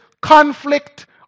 conflict